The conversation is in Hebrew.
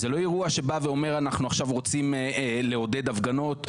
זה לא אירוע שבא ואומר שאנחנו עכשיו רוצים לעודד הפגנות,